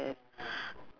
the